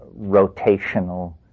rotational